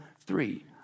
three